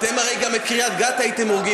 אתם הרי גם את קריית-גת הייתם הורגים